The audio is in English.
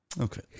okay